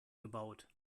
gebaut